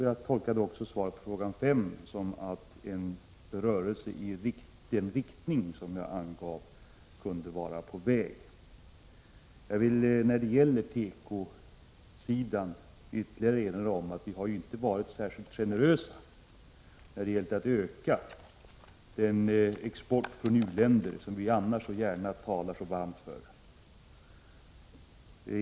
Jag tolkade även svaret på min femte fråga så, att en rörelse i den riktning som jag angav kunde vara på gång. Jag vill beträffande tekoområdet ytterligare erinra om att vi inte har varit särskilt generösa när det gällt att öka den export från u-länder som vi annars så gärna talar så varmt för.